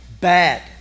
bad